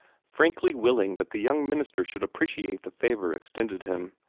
frankly willing that the young minister should appreciate the favor extended him.